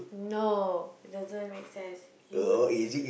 no doesn't make sense you